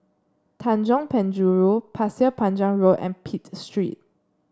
Tanjong Penjuru Pasir Panjang Road and Pitt Street